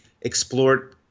explored